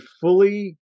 fully